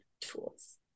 tools